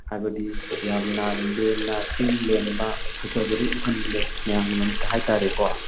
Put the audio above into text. ꯍꯥꯏꯕꯗꯤ ꯌꯥꯝꯅ ꯂꯦꯝꯅ ꯆꯤꯡ ꯂꯦꯝꯕ ꯐꯖꯕꯗꯨ ꯎꯍꯟꯕꯅꯦ ꯃꯌꯥꯝꯒꯤ ꯃꯃꯤꯠꯇ ꯍꯥꯏ ꯇꯥꯔꯦꯀꯣ